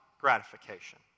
gratification